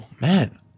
man